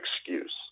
excuse